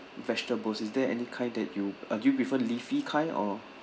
vegetables is there any kind that you are you prefer leafy kind or